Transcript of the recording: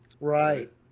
Right